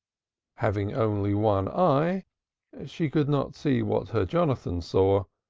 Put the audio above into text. having only one eye she could not see what her jonathan saw,